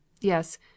Yes